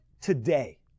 today